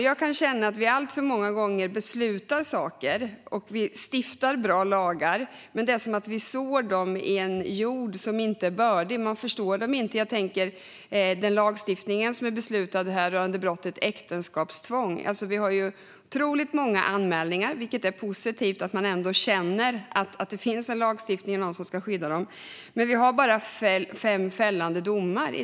Jag kan känna att vi alltför många gånger beslutar saker och stiftar bra lagar, men sedan är det som att vi sår dem i en jord som inte är bördig. Man förstår dem inte. Stärkt ordning och säkerhet i domstol När det gäller den lagstiftning som det har beslutats om gällande brottet äktenskapstvång har vi otroligt många anmälningar - och det är positivt att man ändå känner att det finns en lagstiftning och någon som ska skydda - men bara fem fällande domar.